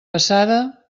passada